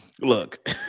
Look